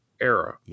era